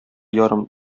ярым